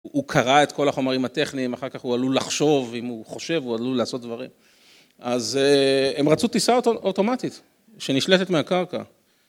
הוא קרא את כל החומרים הטכניים, אחר כך הוא עלול לחשוב, אם הוא חושב, הוא עלול לעשות דברים. אז הם רצו טיסה אוטומטית, שנשלטת מהקרקע.